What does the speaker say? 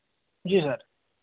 जी sir